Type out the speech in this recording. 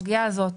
הסוגיה הזאת